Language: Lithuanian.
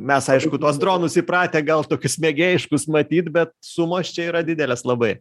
mes aišku tuos dronus įpratę gal tokius mėgėjiškus matyt bet sumos čia yra didelės labai